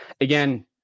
again